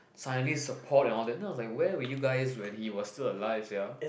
suddenly support and all that then I was like where were you guys when he was still alive sia